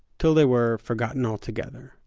till they were forgotten altogether.